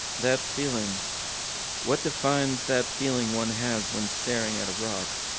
that feeling what defines that feeling one has when staring at a rock?